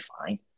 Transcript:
fine